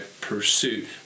pursuit